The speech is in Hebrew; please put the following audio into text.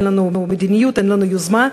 אין לנו מדיניות, אין לנו יוזמה,